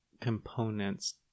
components